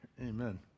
Amen